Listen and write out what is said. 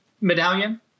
medallion